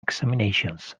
examinations